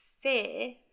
fear